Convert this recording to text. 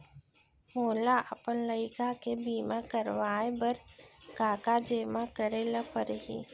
मोला अपन लइका के बीमा करवाए बर का का जेमा करे ल परही?